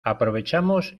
aprovechamos